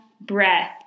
breath